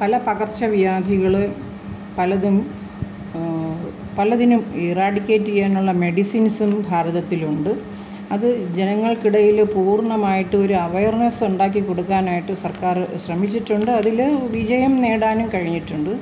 പല പകർച്ചവ്യാധികളെ പലതും പലതിനും ഇറാഡിക്കേറ്റ് ചെയ്യാനുള്ള മെഡിസിൻസും ഭാരതത്തിൽ ഉണ്ട് അത് ജനങ്ങൾക്കിടയിൽ പൂർണ്ണമായിട്ട് ഒരു അവേർനെസ്സ് ഉണ്ടാക്കി കൊടുക്കാനായിട്ട് സർക്കാർ ശ്രമിച്ചിട്ടുണ്ട് അതിൽ വിജയം നേടാനും കഴിഞ്ഞിട്ടുണ്ട്